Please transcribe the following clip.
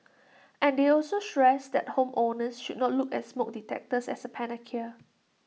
and they also stressed that home owners should not look at smoke detectors as A panacea